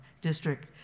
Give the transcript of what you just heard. district